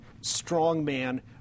strongman